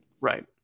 Right